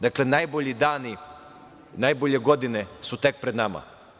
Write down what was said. Dakle, najbolji dani, najbolje godine su tek pred nama.